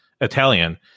italian